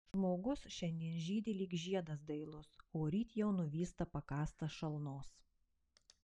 žmogus šiandien žydi lyg žiedas dailus o ryt jau nuvysta pakąstas šalnos